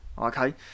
okay